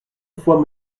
fois